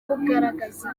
bugaragaza